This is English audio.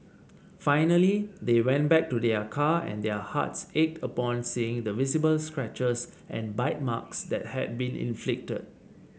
finally they went back to their car and their hearts ached upon seeing the visible scratches and bite marks that had been inflicted